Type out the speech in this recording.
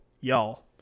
y'all